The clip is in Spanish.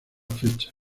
fecha